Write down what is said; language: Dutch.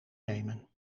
nemen